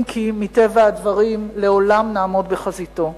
אם כי היא מטבע הדברים לעולם נעמוד בחזיתו.